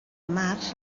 març